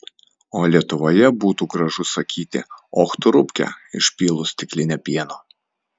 o lietuvoje būtų gražu sakyti och tu rupke išpylus stiklinę pieno